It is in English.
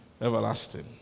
everlasting